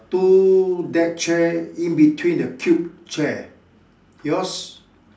two deck chair in between the cube chair yours